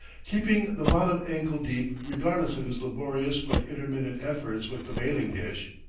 keeping the bottom ankle-deep regardless of his laborious but intermittent efforts with the bailing dish.